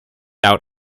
out